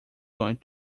going